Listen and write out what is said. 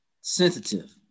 sensitive